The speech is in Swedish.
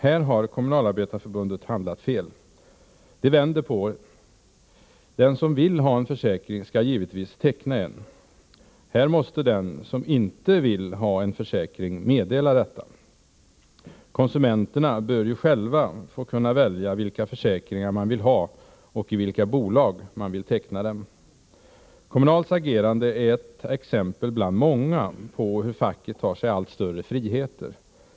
Här har Kommunalarbetareförbundet handlat fel. De vänder på saken. Den som vill ha en försäkring skall givetvis teckna en. Här måste den som inte vill ha en försäkring meddela detta. Konsumenterna bör ju själva kunna få välja vilka försäkringar man vill ha och i vilka bolag man vill teckna dem. Kommunals agerande är ett exempel bland många på hur facket tar sig allt större friheter.